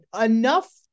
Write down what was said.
enough